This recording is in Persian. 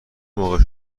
موقع